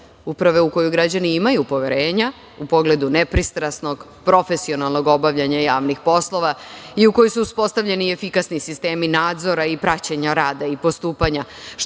uprave u koju građani imaju poverenja u pogledu nepristrasnog, profesionalnog obavljanja javnih poslova i u kojoj su uspostavljeni efikasni sistemi nadzora i praćenja rada i postupanja,